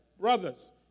brothers